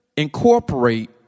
incorporate